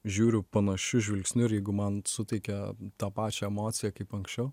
žiūriu panašiu žvilgsniu ir jeigu man suteikia tą pačią emociją kaip anksčiau